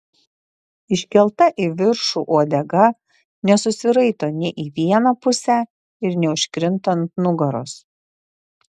iškelta į viršų uodega nesusiraito nė į vieną pusę ir neužkrinta ant nugaros